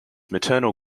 maternal